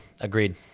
Agreed